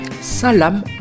Salam